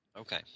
Okay